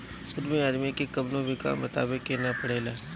उद्यमी आदमी के कवनो भी काम बतावे के ना पड़ेला